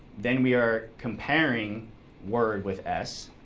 then we are comparing word with s,